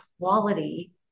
quality